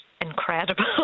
incredible